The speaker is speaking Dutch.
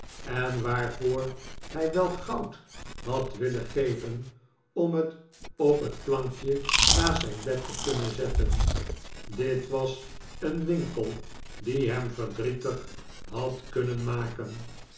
en waarvoor hij wel goud had willen geven om het op het plankje naast zijn bed te kunnen zetten dit was een winkel die hem verdrietig had kunnen maken